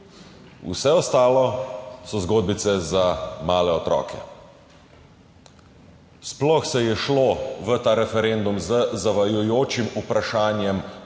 Vse ostalo so zgodbice za male otroke. Sploh se je šlo v ta referendum z zavajajočim vprašanjem